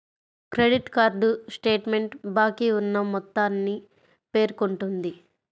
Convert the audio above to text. credit card statement బాకీ ఉన్న మొత్తాన్ని పేర్కొంటుంది